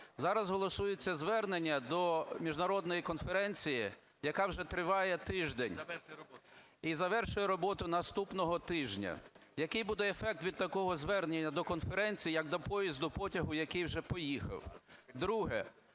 Зараз голосується звернення до міжнародної конференції, яка вже триває тиждень і звершує роботу наступного тижня. Який буде ефект від такого звернення до конференції як до потягу, який вже поїхав? Друге.